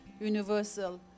universal